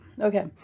Okay